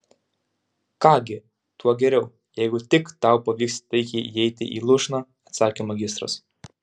ką gi tuo geriau jeigu tik tau pavyks taikiai įeiti į lūšną atsakė magistras